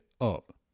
up